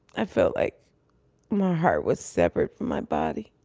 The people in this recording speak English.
i felt like my heart was separate from my body.